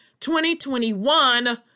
2021